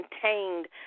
contained